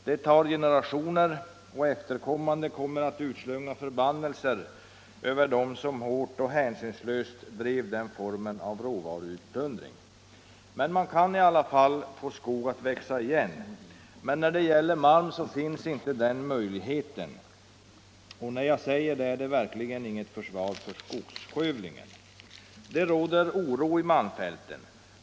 Det tar generationer, och efterkommande kommer att utslunga förbannelser över dem som hårt och hänsynslöst drev den formen av råvaruutplundring. Man kan i alla fall få skog att växa igen, men när det gäller malmen finns inte den möjligheten. Och när jag säger det är det verkligen inget försvar för skogsskövlingen. Det råder oro i malmfälten.